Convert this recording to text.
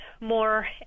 more